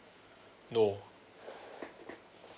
no